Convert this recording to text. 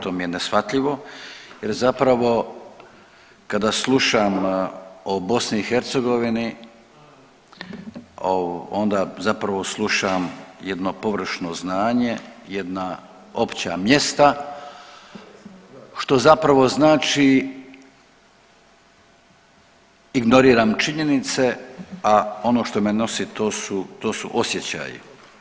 To mi je neshvatljivo, jer zapravo kada slušam o Bosni i Hercegovini onda zapravo slušam jedno površno znanje, jedna opća mjesta što zapravo znači ignoriram činjenice, a ono što me nosi to su osjećaji.